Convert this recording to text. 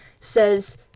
says